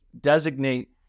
designate